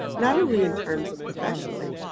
not only in terms of professionally,